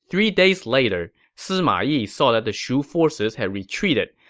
three days later, sima yi saw that the shu forces had retreated,